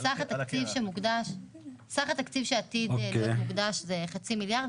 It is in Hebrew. סך התקציב שעתיד להיות מוקדש זה חצי מיליארד,